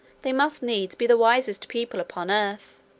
they must needs be the wisest people upon earth.